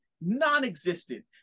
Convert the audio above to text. non-existent